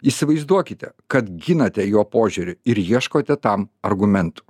įsivaizduokite kad ginate jo požiūriu ir ieškote tam argumentų